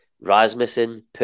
Rasmussen